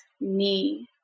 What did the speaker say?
knee